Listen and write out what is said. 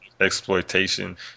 Exploitation